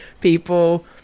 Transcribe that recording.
people